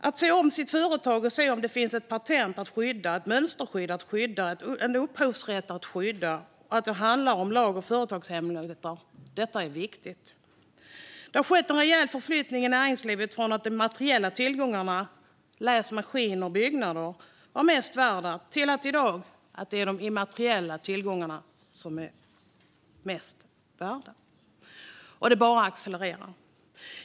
Att se om sitt företag och se om det finns ett patent att skydda, ett mönsterskydd att skydda, en upphovsrätt att skydda och om det handlar om lag om företagshemligheter är viktigt. Det har skett en rejäl förflyttning i näringslivet från att de materiella tillgångarna - läs maskiner och byggnader - har varit mest värda till att det i dag är de immateriella tillgångarna som är mest värda. Och detta bara accelererar.